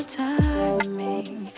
timing